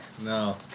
no